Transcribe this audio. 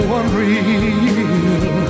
unreal